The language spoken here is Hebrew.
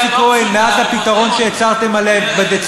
חביבי, אני חושב שמאחורה צריך להתחיל לחלק